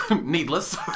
needless